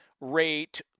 rate